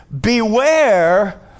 Beware